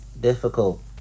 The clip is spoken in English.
difficult